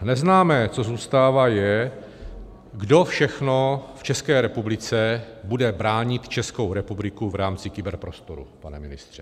Neznámé, co zůstává, je, kdo všechno v České republice bude bránit Českou republiku v rámci kyberprostoru pane ministře.